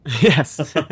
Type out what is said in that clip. yes